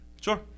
Sure